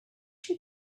she